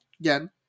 Again